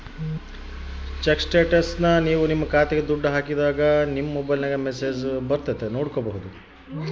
check ಸ್ಟೇಟಸ್ನ ನಾವ್ ನಮ್ ಖಾತೆಗೆ ದುಡ್ಡು ಹಾಕಿದಾಗ ನಮ್ ಮೊಬೈಲ್ಗೆ ಮೆಸ್ಸೇಜ್ ಬರ್ತೈತಿ